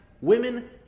Women